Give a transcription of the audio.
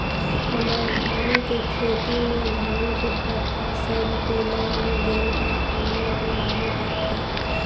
हमर धान के खेती में धान के पता सब पीला हो गेल बा कवनों बिमारी बा का?